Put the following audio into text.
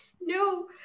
No